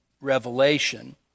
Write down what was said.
Revelation